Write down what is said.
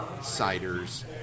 ciders